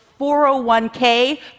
401k